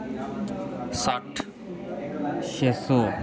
सट्ठ छेऽ सौ